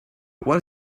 what